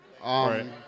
Right